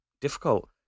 difficult